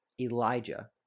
Elijah